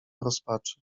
rozpaczy